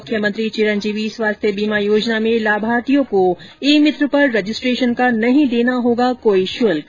मुख्यमंत्री चिरंजीवी स्वास्थ्य बीमा योजना में लाभार्थियों को ई मित्र पर रजिस्ट्रेशन का नहीं देना होगा कोई शुल्क